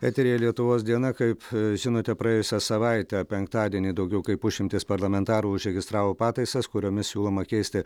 eteryje lietuvos diena kaip žinote praėjusią savaitę penktadienį daugiau kaip pusšimtis parlamentarų užregistravo pataisas kuriomis siūloma keisti